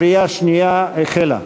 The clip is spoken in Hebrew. קריאה שנייה החלה.